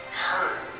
hurt